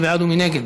מי בעד ומי נגד?